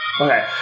Okay